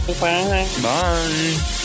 Bye